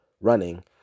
running